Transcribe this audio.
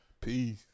Peace